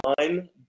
one